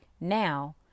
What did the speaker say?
Now